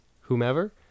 whomever